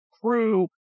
crew